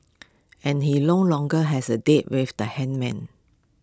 and he long longer has A date with the hangman